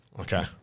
Okay